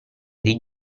dei